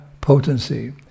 potency